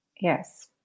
Yes